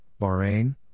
Bahrain